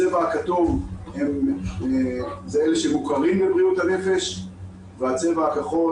הצבע הכתום זה אלה שמוכרים בבריאות הנפש והצבע הכחול